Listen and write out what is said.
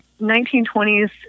1920s